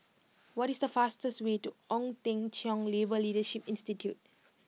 what is the fastest way to Ong Teng Cheong Labour Leadership Institute